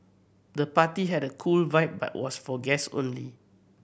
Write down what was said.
the party had a cool vibe but was for guest only